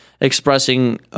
expressing